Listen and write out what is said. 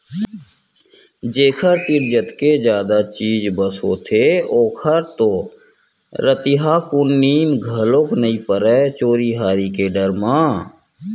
जेखर तीर जतके जादा चीज बस होथे ओखर तो रतिहाकुन नींद घलोक नइ परय चोरी हारी के डर म